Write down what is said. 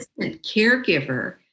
caregiver